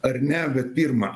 ar ne bet pirma